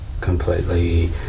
completely